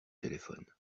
téléphone